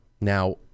Now